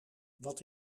wat